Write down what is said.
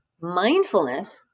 mindfulness